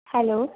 hello